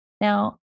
Now